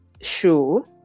show